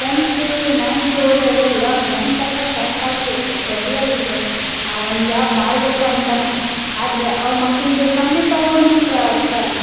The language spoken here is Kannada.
ಟೆಂತು ನೈಂತು ಓದೋವ್ರ್ಗೆ ಅವ್ರ ಮೈಂಡ್ ಸೆಟ್ಟಾಗಿ ಕರಕ್ಟಾಗಿ ರೆಡಿಯಾಗಿಡ್ಬೇಕ್ ನಾವು ಒಂದು ಜಾಬ್ ಮಾಡಬೇಕು ಅಂತನೇ ಆದರೆ ಆ ಮಕ್ಕಳಿಗೆ ತಂದೆ ತಾಯಿ ಒಂದು ಪ್ರ ತಾ